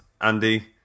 Andy